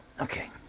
Okay